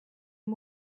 uyu